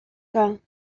que